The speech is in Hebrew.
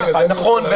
נכון.